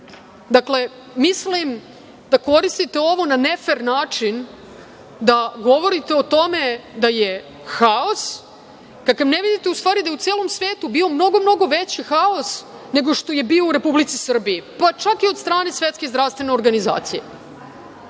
mislim da koristite ovo na nefer način da govorite o tome da je haos kakav ne vidite, u stvari, da je u celom svetu bio mnogo, mnogo veći haos nego što je bio u Republici Srbiji, pa čak i od strane Svetske zdravstvene organizacije. Republika